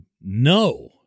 no